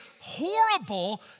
horrible